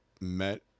met